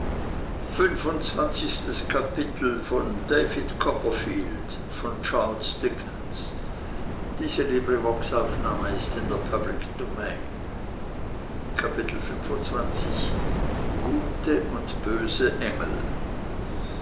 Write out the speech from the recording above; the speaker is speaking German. kapitel gute und böse engel